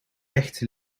echte